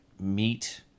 meet